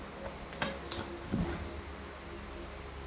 ಮೆಣಸಿನ ಗಿಡಕ್ಕ ಹನಿ ನೇರಾವರಿ ಛಲೋ ಏನ್ರಿ?